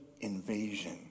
invasion